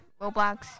Roblox